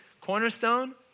Cornerstone